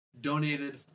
donated